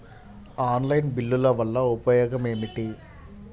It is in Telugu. ఆన్లైన్ బిల్లుల వల్ల ఉపయోగమేమిటీ?